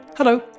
Hello